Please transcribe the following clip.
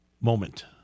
moment